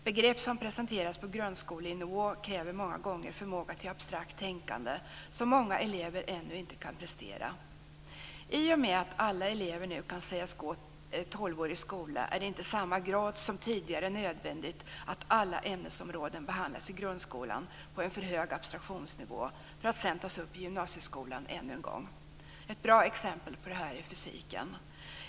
Begrepp som presenteras på grundskolenivå kräver många gånger förmåga till abstrakt tänkande, något som många elever ännu inte kan prestera. I och med att alla elever nu kan sägas gå i tolvårig skola är det inte i samma grad som tidigare nödvändigt att alla ämnesområden behandlas i grundskolan på en för hög abstraktionsnivå för att sedan tas upp i gymnasieskolan ännu en gång. Ett bra exempel på detta är fysiken.